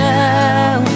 now